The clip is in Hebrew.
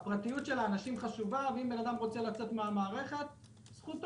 הפרטיות של האנשים חשובה ואם אדם רוצה לצאת מן המערכת זה זכותו,